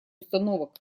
установок